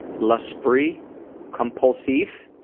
l'esprit compulsif,